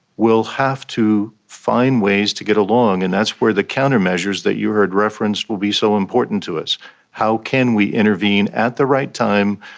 will have to find ways to get along, and that's where the countermeasures that you heard referenced will be so important to us how can we intervene at the right time?